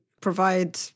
provide